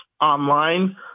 online